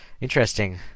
Interesting